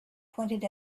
pointed